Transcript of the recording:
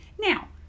now